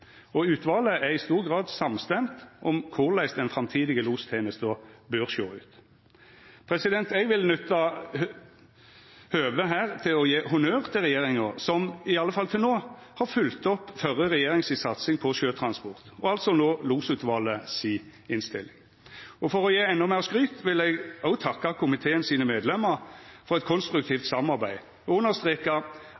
og utvalet er i stor grad samstemt om korleis den framtidige lostenesta bør sjå ut. Eg vil nytta høvet her til å gje honnør til regjeringa som, i alle fall til no, har følgt opp førre regjering si satsing på sjøtransport – og altså no Losutvalet si innstilling. For å gje endå meir skryt vil eg også takka komiteen sine medlemar for eit